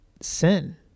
sin